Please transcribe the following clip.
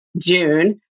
June